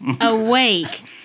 awake